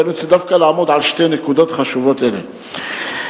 ואני רוצה לעמוד על שתי נקודות חשובות אלה,